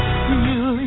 feel